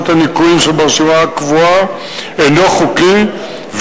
הניכויים שברשימה הקבועה אינו חוקי,